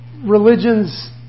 religions